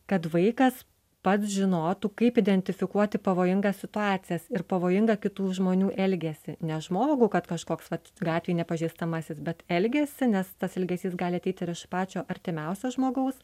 kad vaikas pats žinotų kaip identifikuoti pavojingas situacijas ir pavojingą kitų žmonių elgesį ne žmogų kad kažkoks gatvėj nepažįstamasis bet elgesį nes tas elgesys gali ateit ir iš pačio artimiausio žmogaus